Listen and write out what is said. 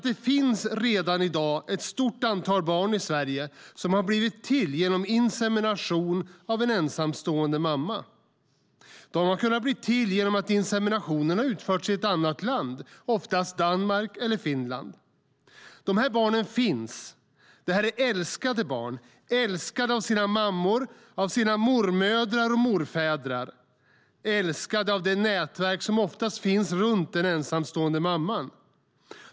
Det finns nämligen redan ett stort antal barn i Sverige som har blivit till genom insemination av en ensamstående mamma. De har kunnat bli till genom att inseminationen har utförts i ett annat land, oftast Danmark eller Finland. De här barnen finns. De är älskade barn - älskade av sina mammor, mormödrar och morfäder. De är älskade av det nätverk som oftast finns runt den ensamstående mamman.